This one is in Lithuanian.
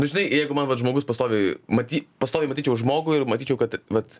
nu žinai jeigu man vat žmogus pastoviai maty pastoviai matyčiau žmogų ir matyčiau kad vat